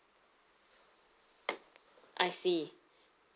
I see